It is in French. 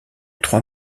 trois